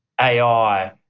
AI